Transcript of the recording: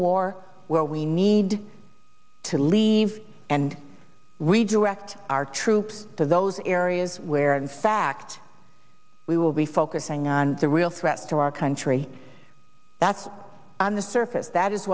war where we need to leave and redirect our troops to those areas where in fact we will be focusing on the real threats to our country that's on the surface that is